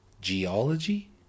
Geology